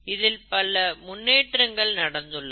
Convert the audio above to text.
இதில் பல முன்னேற்றங்களும் நடந்துள்ளது